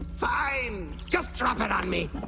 fine just drop it on me